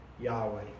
Yahweh